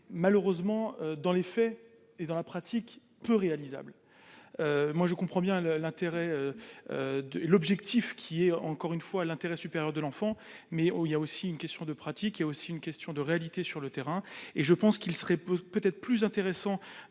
malheureusement, dans les faits et dans la pratique peu réalisable, moi je comprends bien le l'intérêt de l'objectif qui est encore une fois, l'intérêt supérieur de l'enfant, mais où il y a aussi une question de pratique, il y a aussi une question de réalités sur le terrain et je pense qu'il serait peut peut-être plus intéressant